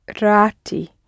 Rati